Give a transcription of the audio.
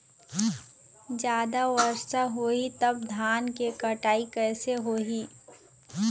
जादा वर्षा होही तब धान के कटाई कैसे होही?